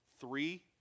three